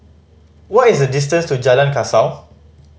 what is the distance to Jalan Kasau